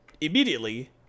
immediately